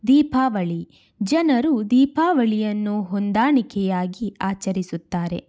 ದೀಪಾವಳಿ ಜನರು ದೀಪಾವಳಿಯನ್ನು ಹೊಂದಾಣಿಕೆಯಾಗಿ ಆಚರಿಸುತ್ತಾರೆ